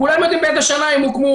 כולנו יודעים באיזו שנה הם הוקמו,